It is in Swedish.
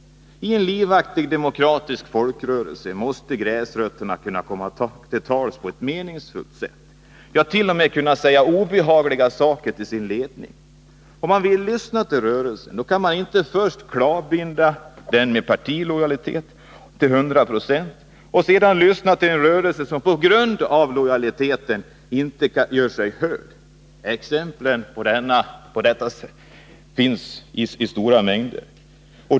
I en livaktig demokratisk folkrörelse måste gräsrötterna kunna komma till tals på ett meningsfullt sätt — ja, t.o.m. kunna säga obehagliga saker till sin ledning. Om man vill lyssna till rörelsen, kan man inte först klavbinda den med partilojalitet till hundra procent och sedan lyssna till en rörelse som på grund av denna lojalitet inte gör sig hörd. Exempel på detta finns i stor mängd.